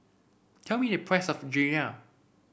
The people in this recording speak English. tell me the price of Gyoza